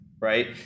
right